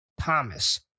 Thomas